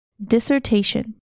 dissertation